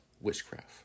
witchcraft